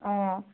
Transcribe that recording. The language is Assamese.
অঁ